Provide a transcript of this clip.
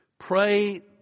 Pray